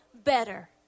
better